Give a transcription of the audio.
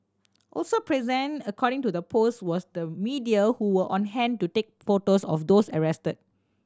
also present according to the post was the media who were on hand to take photos of those arrested